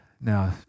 Now